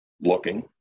looking